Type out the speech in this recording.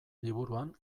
liburuan